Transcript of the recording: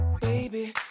baby